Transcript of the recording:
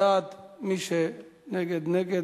בעד, מי שנגד, נגד.